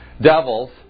devils